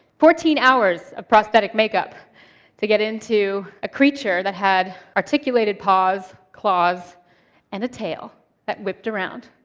fourteen hours of prosthetic make-up to get into a creature that had articulated paws, claws and a tail that whipped around,